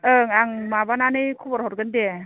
ओं आं माबानानै खबर हरगोन दे